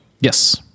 Yes